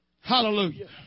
Hallelujah